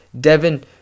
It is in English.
Devin